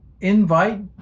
Invite